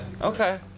Okay